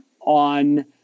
on